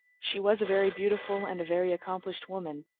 she was a very beautiful and a very accomplished woman,